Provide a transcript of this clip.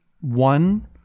one